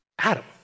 Adam